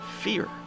fear